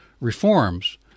reforms